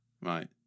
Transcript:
right